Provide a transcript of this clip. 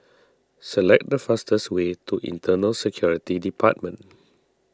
select the fastest way to Internal Security Department